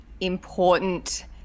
important